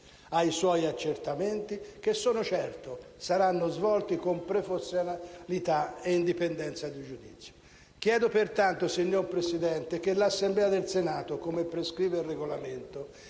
ai suoi accertamenti che, sono certo, saranno svolti con professionalità e indipendenza di giudizio. Chiedo pertanto, signor Presidente, che l'Assemblea del Senato, come prescrive il Regolamento,